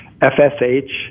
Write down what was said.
FSH